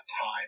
time